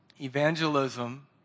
Evangelism